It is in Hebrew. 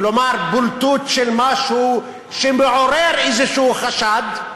כלומר בולטות של משהו שמעורר איזשהו חשד,